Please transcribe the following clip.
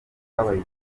twabaye